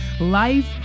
Life